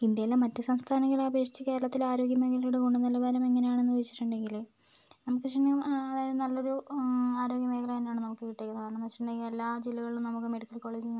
ഇന്ത്യയിലെ മറ്റു സംസ്ഥാനങ്ങളെ അപേക്ഷിച്ച് കേരളത്തിലെ ആഗോഗ്യമേഖലയുടെ ഗുണനിലവാരം എങ്ങനെയാണെന്ന് ചോദിച്ചിട്ടുണ്ടെങ്കില് അതായത് നല്ലൊരു ആരോഗ്യ മേഖല തന്നെയാണ് നമുക്ക് കിട്ടിയത് കരണമെന്നു വെച്ചിട്ടുണ്ടെങ്കിൽ എല്ലാ ജില്ലകളിലും നമുക്ക് നമുക്ക് മെഡിക്കൽ കോളേജ്